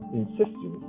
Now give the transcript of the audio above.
insisting